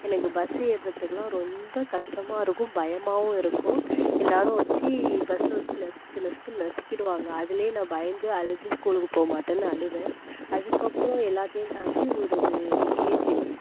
எனக்கு பஸ்ஸு ஏர்றதுக்குலாம் ரொம்ப கஷ்டமாக இருக்கும் பயமாகவும் இருக்கும் எல்லாரும் வச்சு பஸ்ஸில் வச்சு நசுக்கு நசுக்குன்னு நசுக்கிவிடுவாங்க அதுல நான் பயந்து அழுது ஸ்கூலுக்கு போக மாட்டேன்னு அழுவேன் அதுக்கப்புறோம் எல்லாத்தையும் தாண்டி ஒரு ஏஜி